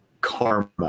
karma